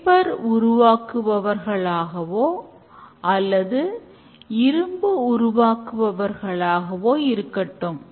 ஒவ்வொரு நாளும் டெவலப்பர்கள் ஒன்று கூடுவது தினசரி ஸ்கரம் ஆகும்